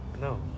No